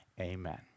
Amen